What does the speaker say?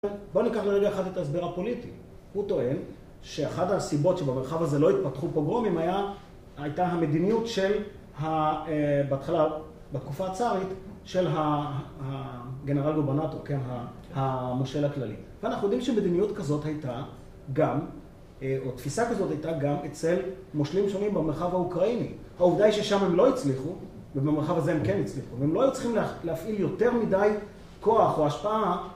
בואו ניקח לרגע אחד את ההסבר הפוליטי. הוא טוען שאחת הסיבות שבמרחב הזה לא התפתחו פוגרומים היה, הייתה המדיניות של, ה... בהתחלה, בתקופה הצארית, של הגנרל גוברנטו, כן? המושל הכללי. ואנחנו יודעים שמדיניות כזאת הייתה גם, או תפיסה כזאת הייתה גם אצל מושלים שונים במרחב האוקראיני. העובדה היא ששם הם לא הצליחו, ובמרחב הזה הם כן הצליחו, הם לא הצליחו להפעיל יותר מדי כוח או השפעה.